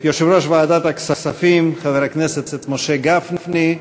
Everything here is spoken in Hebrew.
יושב-ראש ועדת הכספים חבר הכנסת משה גפני,